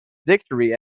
victory